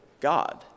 God